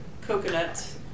coconut